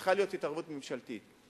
וצריכה להיות התערבות ממשלתית.